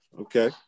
Okay